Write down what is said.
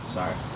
Sorry